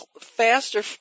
faster